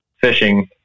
fishing